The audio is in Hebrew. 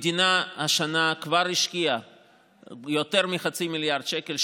המדינה השנה כבר השקיעה יותר מחצי מיליארד שקל,